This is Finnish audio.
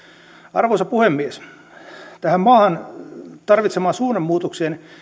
arvoisa puhemies tämän maan tarvitsemaan suunnanmuutokseen